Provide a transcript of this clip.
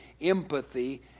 empathy